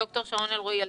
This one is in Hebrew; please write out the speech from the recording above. ד"ר שרון אלרעי עלתה?